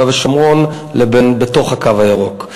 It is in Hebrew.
ושומרון לבין תקפותם בתוך הקו הירוק.